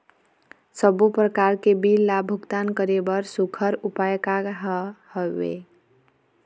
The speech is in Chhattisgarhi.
सबों प्रकार के बिल ला भुगतान करे बर सुघ्घर उपाय का हा वे?